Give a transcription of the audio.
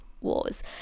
wars